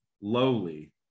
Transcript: lowly